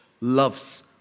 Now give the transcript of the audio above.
loves